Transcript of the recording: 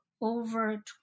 over